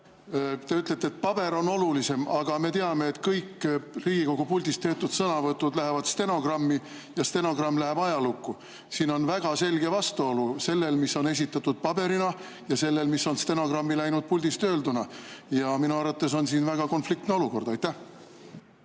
Te ütlete, et paber on olulisem. Aga me teame, et kõik Riigikogu puldist tehtud sõnavõtud lähevad stenogrammi ja stenogramm läheb ajalukku. Siin on väga selge vastuolu sellel, mis on esitatud paberina, ja sellel, mis on stenogrammi läinud puldist öelduna. Minu arvates on siin väga konfliktne olukord. Aitäh!